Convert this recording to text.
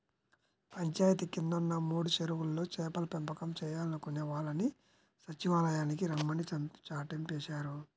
పంచాయితీ కిందున్న మూడు చెరువుల్లో చేపల పెంపకం చేయాలనుకునే వాళ్ళని సచ్చివాలయానికి రమ్మని చాటింపేశారు